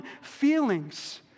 feelings